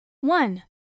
One